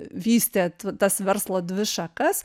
vystė tas verslo dvi šakas